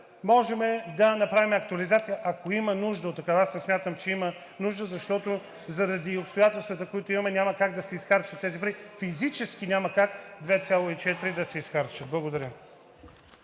можем да направим актуализация, ако има нужда от такава. Аз не смятам, че има нужда, защото заради обстоятелствата, които имаме, няма как да се изхарчат тези пари физически, няма как 2,4 милиарда да се изхарчат. Благодаря.